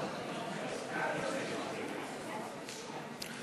שינוי שמה של ועדה לעניין מסוים ובדבר סמכויותיה נתקבלה.